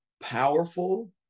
powerful